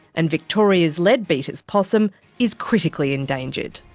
and victoria's leadbeater's possum is critically endangered.